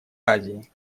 азии